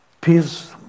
Peace